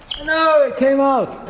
no! it came out!